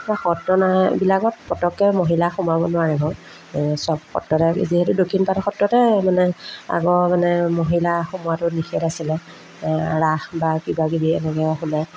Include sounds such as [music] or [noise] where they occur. সত্ৰাবিলাকত পতককৈ মহিলা সোমাব নোৱাৰে বাৰু চব সত্ৰতে যিহেতু দক্ষিণপাট সত্ৰতে মানে আগৰ মানে মহিলা সোমোৱাতো নিষেধ আছিলে ৰাস বা কিবাকিবি এনেকৈ [unintelligible]